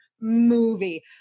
movie